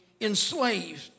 enslaved